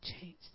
changed